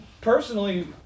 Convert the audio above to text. personally